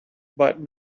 but